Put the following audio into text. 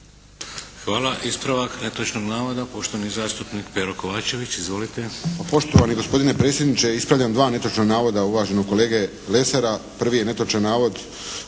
Hvala. Ispravak netočnog navoda, poštovani zastupnik Pero Kovačević. Izvolite.